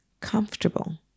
comfortable